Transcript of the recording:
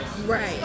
Right